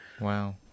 Wow